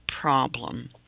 problem